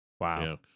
Wow